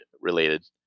related